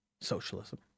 socialism